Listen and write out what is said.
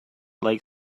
like